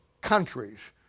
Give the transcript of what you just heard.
countries